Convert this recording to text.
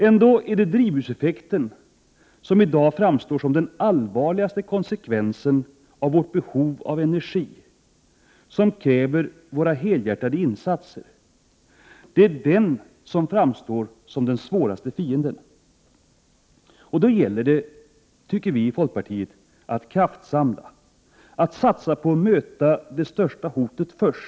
Ändå är det drivhuseffekten som i dag framstår som den allvarligaste konsekvensen av vårt behov av energi och som kräver helhjärtade insatser av oss. Det är alltså drivhuseffekten som framstår som vår svåraste fiende. Då gäller det, tycker vi i folkpartiet, att kraftsamla. Det gäller att satsa på att kunna möta det största hotet först.